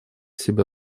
себе